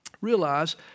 Realize